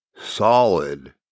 solid